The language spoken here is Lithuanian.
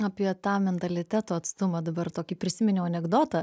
apie tą mentaliteto atstumą dabar tokį prisiminiau anekdotą